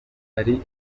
hari